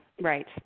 Right